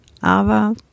aber